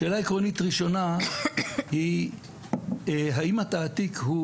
שאלה עקרונית ראשונה היא האם התעתיק הוא